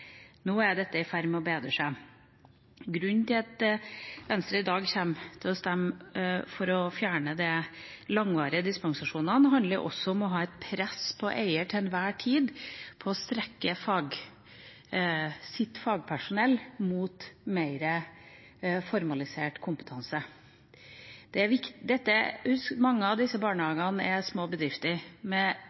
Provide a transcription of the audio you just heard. Nå er dette i ferd med å bedre seg. Grunnen til at Venstre i dag kommer til å stemme for å fjerne de langvarige dispensasjonene, handler også om å ha press på eier til til enhver tid å strekke sitt fagpersonell mot mer formalisert kompetanse. Mange av disse barnehagene er små bedrifter med